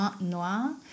Noir